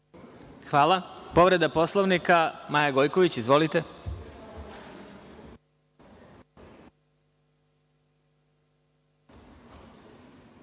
Hvala. Povreda Poslovnika, Maja Gojković. Izvolite.